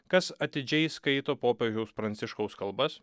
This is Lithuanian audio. kas atidžiai skaito popiežiaus pranciškaus kalbas